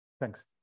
Thanks